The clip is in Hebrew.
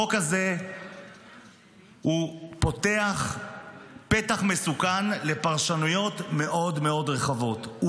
החוק הזה הוא פותח פתח מסוכן לפרשנויות מאוד מאוד רחבות.